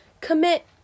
commit